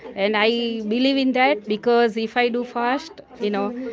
and i believe in that because if i do fast, you know,